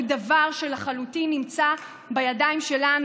הוא דבר שלחלוטין נמצא בידיים שלנו,